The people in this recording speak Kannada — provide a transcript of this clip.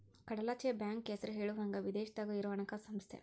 ಕಡಲಾಚೆಯ ಬ್ಯಾಂಕ್ ಹೆಸರ ಹೇಳುವಂಗ ವಿದೇಶದಾಗ ಇರೊ ಹಣಕಾಸ ಸಂಸ್ಥೆ